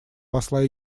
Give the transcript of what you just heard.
посла